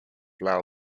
lao